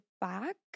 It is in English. back